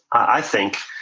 i think,